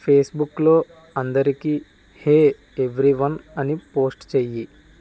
ఫేస్బుక్లో అందరికి hey everyone అని పోస్ట్ చెయ్యి